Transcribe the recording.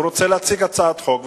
והוא רוצה להציג הצעת חוק,